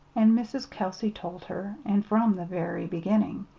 and mrs. kelsey told her and from the very beginning.